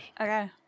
Okay